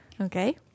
Okay